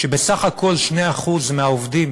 שבסך הכול 2% מהעובדים